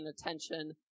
attention